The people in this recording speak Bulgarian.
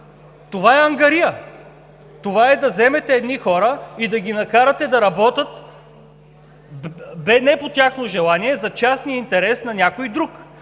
Това е ангария! Това е да вземете едни хора и да ги накарате да работят не по тяхно желание за частния интерес на някой друг,